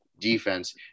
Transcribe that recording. defense